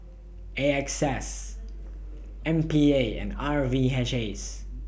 A X S M P A and R V H S